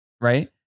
Right